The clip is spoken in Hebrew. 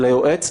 הלאה.